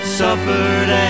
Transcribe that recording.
suffered